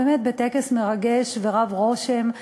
באמת בטקס מרגש ורב-רושם,